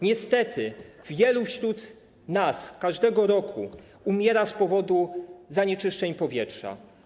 Niestety, wielu spośród nas każdego roku umiera z powodu zanieczyszczeń powietrza.